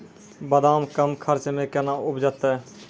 बादाम कम खर्च मे कैना उपजते?